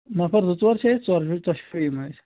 نَفر زٕ ژور چھِ أسۍ ژورو ژۄشوَے یِمو أسۍ